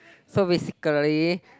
so basically